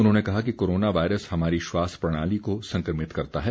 उन्होंने कहा कि कोरोना वायरस हमारी श्वास प्रणाली को संक्रमित करता है